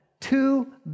Two